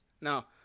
Now